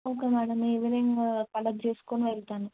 okay madam evening collect జేసుకుని వెళ్తాను